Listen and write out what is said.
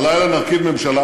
הלילה נרכיב ממשלה,